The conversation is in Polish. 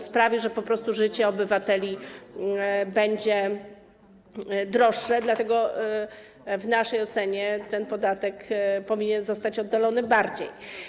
Sprawi, że życie obywateli będzie droższe, dlatego w naszej ocenie ten podatek powinien zostać oddalony bardziej.